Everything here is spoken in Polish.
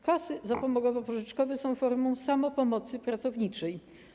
Kasy zapomogowo-pożyczkowe są formą samopomocy pracowniczej.